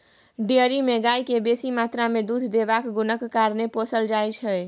dairy मे गाय केँ बेसी मात्रा मे दुध देबाक गुणक कारणेँ पोसल जाइ छै